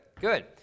Good